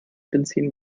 benzin